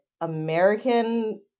American